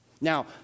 Now